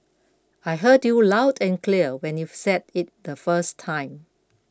I heard you loud and clear when you've said it the first time